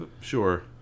sure